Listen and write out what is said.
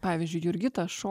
pavyzdžiui jurgita šo